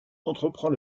entreprend